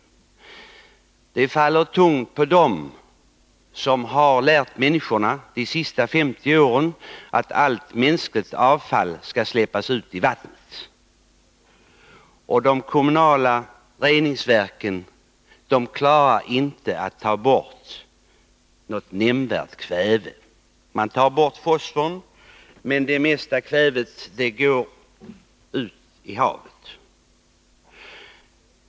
Ansvaret faller tungt på dem som under de senaste 50 åren har lärt människorna att allt mänskligt avfall skall släppas ut i vattnet. De kommunala reningsverken klarar inte av att ta bort nämnvärt med kväve. Man tar bort fosforn, men det mesta av kvävet går ut i havet.